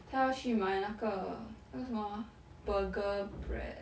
她要去买那个那个什么啊 burger bread